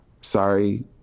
Sorry